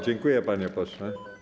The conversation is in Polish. Dziękuję, panie pośle.